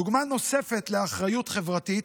דוגמה נוספת לאחריות חברתית: